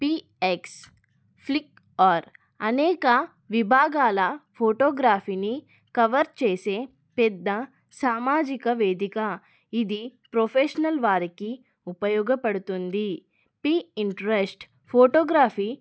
px Flickr అనేక విభాగాల ఫోటోగ్రాఫీని కవర్ చేసే పెద్ద సామాజిక వేదిక ఇది ప్రొఫెషనల్ వారికి ఉపయోగపడుతుంది పీఇంట్రెస్ట్ ఫోటోగ్రాఫీ